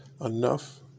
enough